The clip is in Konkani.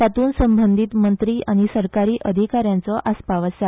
तातूंत संबंदीत मंत्री आनी सरकारी अधिकाऱ्यांचो आस्पाव आसा